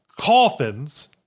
coffins